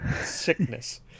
sickness